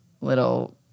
little